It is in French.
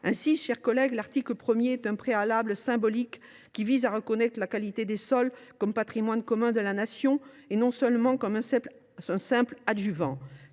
Ainsi, chers collègues, l’article 1 est un préalable symbolique : il reconnaît la qualité des sols comme patrimoine commun de la Nation et non seulement comme un simple adjuvant.